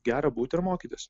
gera būt ir mokytis